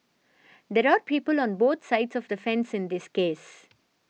there are people on both sides of the fence in this case